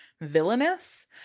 villainous